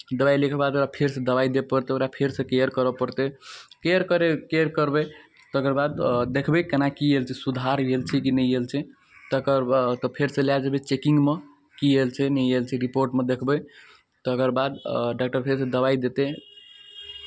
दबाइ लिखलाके बाद ओकरा फेरसँ दबाइ दिअ पड़तै ओकरा फेरसँ केयर करय पड़तै केयर करय केयर करबै तकर बाद देखबै केना की आयल छै सुधार भेल छै कि नहि भेल छै तकर बाद ओतय फेरसँ लए जयबै चेकिंगमे की आयल छै नहि आयल छै रिपोर्टमे देखबै तकरबाद डॉक्टर फेरसँ दबाइ देतै